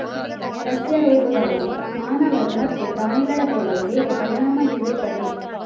ಸಸ್ಯ ರೋಗಗಳು ಮಾನವರು ಮತ್ತು ಪ್ರಾಣಿಗಳ ಮೇಲೆ ಹೇಗೆ ಪರಿಣಾಮ ಬೀರುತ್ತವೆ